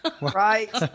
Right